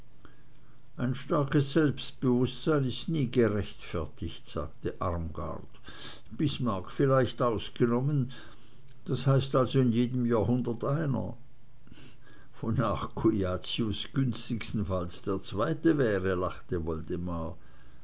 ein starkes selbstbewußtsein ist nie gerechtfertigt sagte armgard bismarck vielleicht ausgenommen das heißt also in jedem jahrhundert einer wonach cujacius günstigstenfalls der zweite wäre lachte woldemar